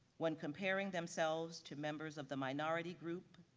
when comparing themselves to members of the minority group,